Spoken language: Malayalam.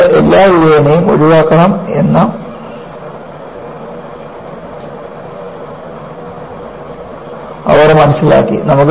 യീൽഡ് എല്ലാ വിധേനയും ഒഴിവാക്കണം എന്ന് അവർ മനസ്സിലാക്കി